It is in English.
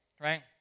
right